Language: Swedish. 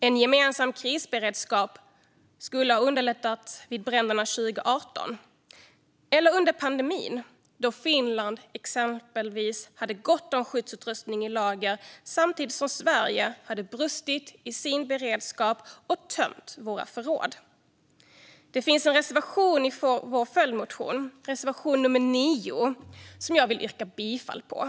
En gemensam krisberedskap skulle ha underlättat vid bränderna 2018 och under pandemin, då Finland exempelvis hade gott om skyddsutrustning i lager samtidigt som Sverige hade brustit i sin beredskap och tömt sina förråd. Det finns en reservation i Sverigedemokraternas följdmotion, reservation 9, som jag vill yrka bifall till.